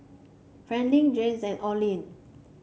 Franklin Jens and Oline